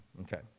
Okay